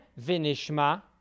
Vinishma